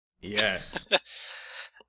Yes